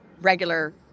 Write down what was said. regular